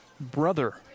brother